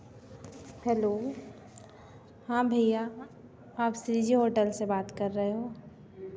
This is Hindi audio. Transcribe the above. हेलो हाँ भैया आप श्रीजी होटल से बात कर रहे हो